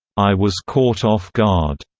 i was caught off guard.